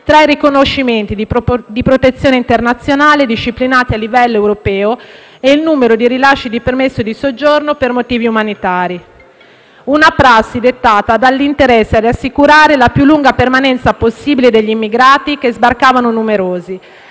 tra i riconoscimenti di protezione internazionale disciplinati a livello europeo e il numero di rilasci di permesso di soggiorno per motivi umanitari; una prassi dettata dall'interesse ad assicurare la più lunga permanenza possibile degli immigrati che sbarcavano numerosi,